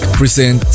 present